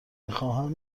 میخواهم